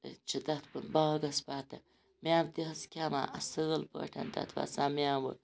اتھ چھُ تَتھ چھُ باغَس پَتہٕ میٚوٕ تہِ حظ کھیٚوان اَصیل پٲٹھۍ تَتھ وَسان میٚوٕ